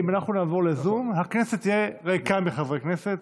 אם אנחנו נעבור לזום, הכנסת תהיה ריקה מחברי כנסת.